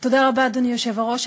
תודה רבה, אדוני היושב בראש.